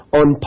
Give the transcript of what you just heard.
on